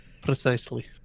Precisely